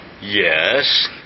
Yes